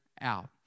out